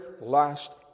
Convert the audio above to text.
last